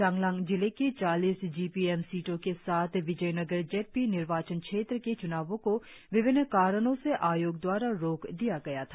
चांगलांग जिले की चालीस जी पी एम सीटों के साथ विजयनगर जेड पी निर्वाचन क्षेत्र के च्नावों को विभिन्न कारणो से आयोग दवारा रोक दिया गया था